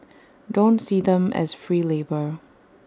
don't see them as free labour